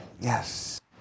Yes